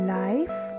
life